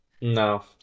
No